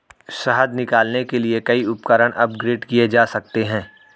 शहद निकालने के लिए कई उपकरण अपग्रेड किए जा सकते हैं